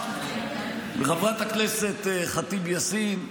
חברת הכנסת ח'טיב יאסין,